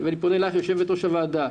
אני פונה אליך, יושבת-ראש הוועדה.